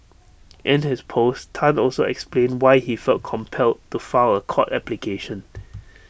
in his post Tan also explained why he felt compelled to file A court application